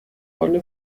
حال